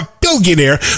billionaire